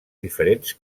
diferents